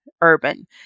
urban